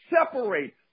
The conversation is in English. separate